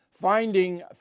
Finding